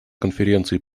конференции